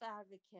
Advocate